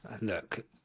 Look